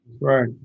right